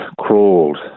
crawled